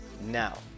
now